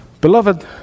Beloved